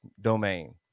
domain